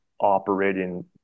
operating